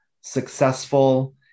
successful